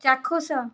ଚାକ୍ଷୁଷ